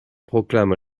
proclame